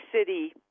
city